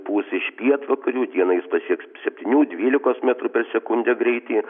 pūs iš pietvakarių dieną jis pasieks septynių dvylikos metrų per sekundę greitį